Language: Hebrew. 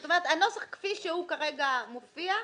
זאת אומרת: הנוסח כפי שהוא כרגע מופיע --- כן,